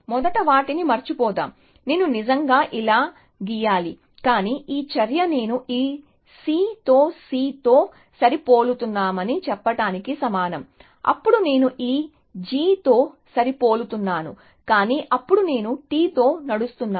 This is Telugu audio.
మొదటి వాటిని మరచిపోదాం నేను నిజంగా ఇలా గీయాలి కాని ఈ చర్య నేను ఈ సి తో సి తో సరిపోలుతున్నానని చెప్పటానికి సమానం అప్పుడు నేను ఈ G తో సరిపోలుతున్నాను కాని అప్పుడు నేను T తో నడుస్తున్నాను